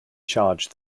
charge